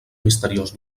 misteriós